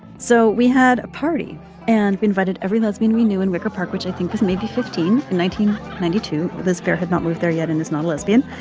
so we had a party and we invited every lesbian we knew in wicker park, which i think was maybe fifteen nineteen ninety two. this fear had not moved there yet and is not a lesbian,